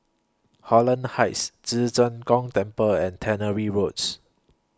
Holland Heights Ci Zheng Gong Temple and Tannery Roads